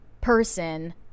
person